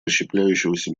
расщепляющегося